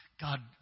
God